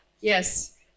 Yes